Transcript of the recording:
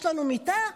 יש לנו מיטה,